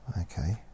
Okay